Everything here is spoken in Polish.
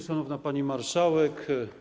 Szanowna Pani Marszałek!